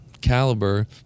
caliber